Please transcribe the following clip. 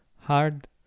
hard